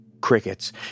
crickets